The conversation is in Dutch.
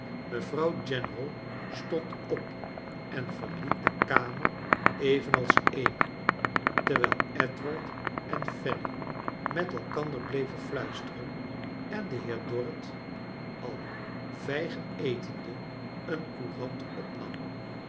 mevrouw general stond op fen verliet de kamer evenals amy terwijl edward en fanny met elkander bleven fluisteren en de heer dorrit al vijgen etendc een conrant opnam